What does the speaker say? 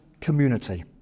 community